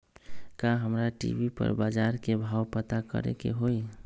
का हमरा टी.वी पर बजार के भाव पता करे के होई?